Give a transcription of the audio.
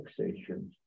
fixations